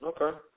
Okay